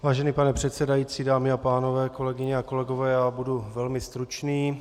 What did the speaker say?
Vážený pane předsedající, dámy a pánové, kolegyně a kolegové, budu velmi stručný.